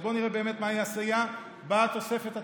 אז בואו נראה באמת מה העשייה בתוספת התקציבית,